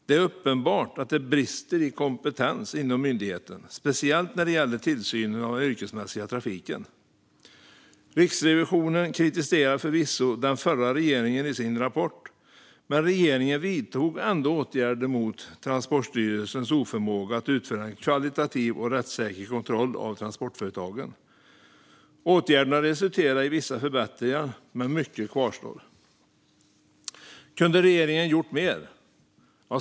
Det är uppenbart att det finns brister i kompetensen inom myndigheten, speciellt när det gäller tillsynen av den yrkesmässiga trafiken. Riksrevisionen kritiserar förvisso den förra regeringen i sin rapport, men regeringen vidtog ändå åtgärder mot Transportstyrelsens oförmåga att utföra en kvalitativ och rättssäker kontroll av transportföretagen. Åtgärderna resulterade i vissa förbättringar, men mycket kvarstår. Kunde regeringen ha gjort mer?